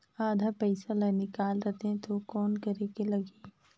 आधा पइसा ला निकाल रतें तो कौन करेके लगही?